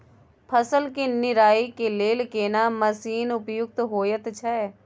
फसल के निराई के लेल केना मसीन उपयुक्त होयत छै?